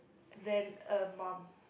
than a mum